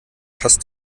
passt